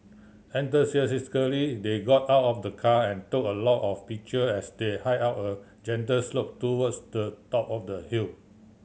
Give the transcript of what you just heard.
enthusiastically they got out of the car and took a lot of picture as they hike up a gentle slope towards the top of the hill